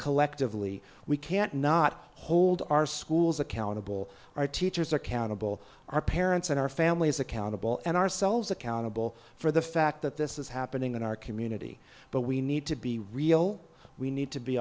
collectively we can't not hold our schools accountable our teachers accountable our parents and our families accountable and ourselves accountable for the fact that this is happening in our community but we need to be real we need to be